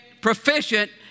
proficient